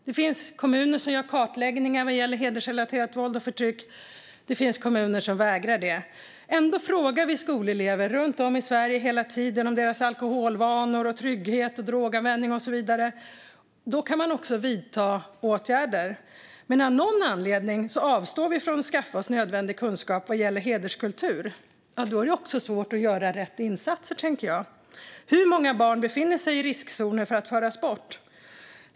Det finns kommuner som gör kartläggningar vad gäller hedersrelaterat våld och förtryck, och det finns kommuner som vägrar att göra det. Ändå frågar vi skolelever runt om i Sverige hela tiden om deras alkoholvanor, trygghet, droganvändning och så vidare. Då kan man också vita åtgärder. Men av någon anledning avstår vi från att skaffa oss nödvändig kunskap när det gäller hederskultur, och då är det svårt att göra rätt insatser, tänker jag. Hur många barn befinner sig i riskzonen för att föras bort?